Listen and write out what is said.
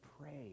pray